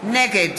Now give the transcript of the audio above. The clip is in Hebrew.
נגד